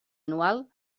anual